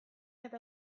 eta